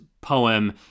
poem